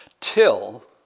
Till